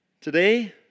Today